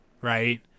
right